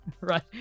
Right